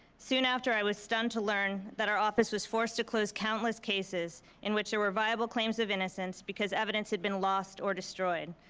soon after, i was stunned to learn that our office was forced to close countless cases in which there were viable claims of innocence, because evidence had been lost or destroyed.